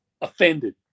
offended